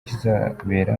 kizabera